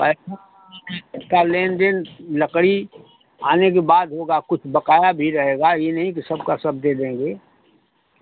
पैसा पैसा लेन देन लकड़ी आने के बाद होगा कुछ बकाया भी रहेगा ये नहीं कि सबका सब दे देंगे